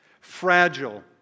fragile